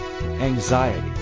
anxiety